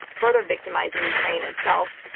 further victimizing ukraine itself.